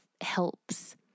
helps